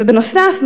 ובנוסף,